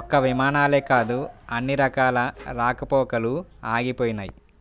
ఒక్క విమానాలే కాదు అన్ని రకాల రాకపోకలూ ఆగిపోయినయ్